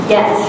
Yes